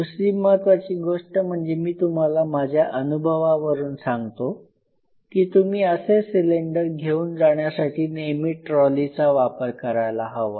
दुसरी महत्त्वाची गोष्ट म्हणजे मी तुम्हाला माझ्या अनुभवावरून सांगतो की तुम्ही असे सिलेंडर घेऊन जाण्यासाठी नेहमी ट्रॉलीचा वापर करायला हवा